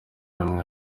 rumwe